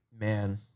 Man